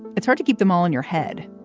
it's hard to keep them all in your head,